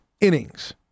innings